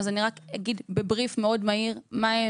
אז אני רק אגיד בבריף מאוד מהיר מה הן